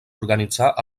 organitzar